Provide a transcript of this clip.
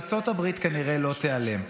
ארצות הברית כנראה לא תיעלם,